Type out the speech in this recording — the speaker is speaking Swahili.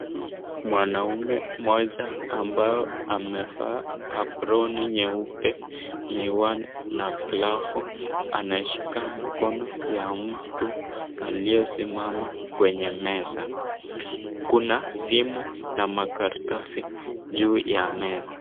Mwanaume mmoja ambao amevaa ambroni nyeupe, miwani na glovu anashika mkono ya mtu aliyesimama kwenye meza. Kuna simu na makaratasi juu ya meza.